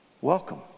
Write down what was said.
welcome